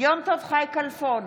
יום טוב חי כלפון,